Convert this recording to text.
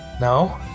no